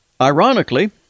Ironically